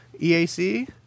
EAC